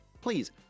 please